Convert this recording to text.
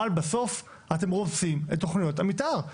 אבל בסוף אתם רומסים את תכניות המתאר.